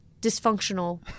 dysfunctional